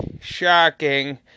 shocking